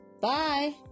bye